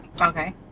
Okay